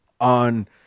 on